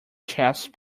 chest